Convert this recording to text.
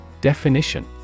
Definition